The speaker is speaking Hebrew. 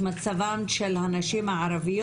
צריך לציין את מצבן של הנשים הערביות